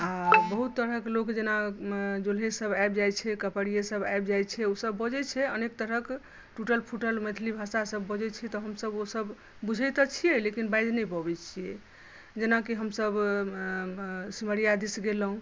आ बहुत तरहक लोक जेना जोलहे सभ आबि जाइ छै कपड़िये सभ आबि जाइ छै ओ सभ बजै छै अनेक तरहक टुटल फुटल मैथिली भाषा सभ बजै छै तऽ हमसभ ओ सभ बुझै तऽ छियै लेकिन बाजि नहि पाबै छी जेनाकि हमसभ सिमरिया दिश गेलहुँ